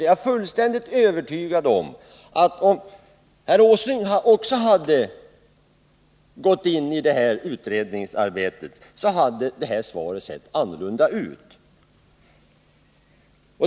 Jag är fullständigt övertygad om att Nils Åslings svar hade sett annorlunda ut om han hade satt sig in i utredningsarbetet.